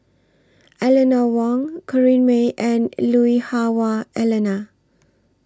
Eleanor Wong Corrinne May and Lui Hah Wah Elena